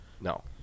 No